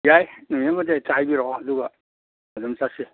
ꯌꯥꯏ ꯅꯨꯃꯤꯠ ꯑꯃꯗ ꯍꯦꯛꯇ ꯍꯥꯏꯕꯤꯔꯛꯑꯣ ꯑꯗꯨꯒ ꯑꯗꯨꯝ ꯆꯠꯁꯤ